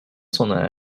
sona